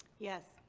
yes.